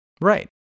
right